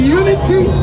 unity